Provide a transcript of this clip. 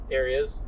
areas